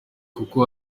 kuko